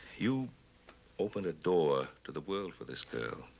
you opened a door to the world for this girl.